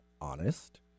honest